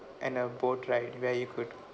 and a boat ride where you could